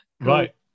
Right